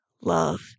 love